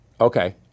okay